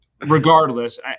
regardless